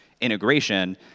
integration